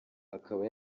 akaba